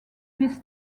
this